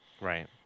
right